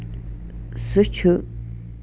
سُہ چھُ